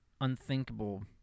unthinkable